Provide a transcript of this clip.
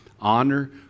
honor